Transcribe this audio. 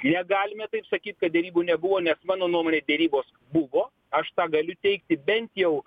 negalime taip sakyt kad derybų nebuvo nes mano nuomone derybos buvo aš tą galiu teigti bent jau